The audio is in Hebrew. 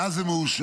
ואז זה מאושר.